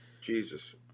Jesus